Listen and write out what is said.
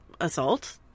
assault